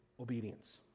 obedience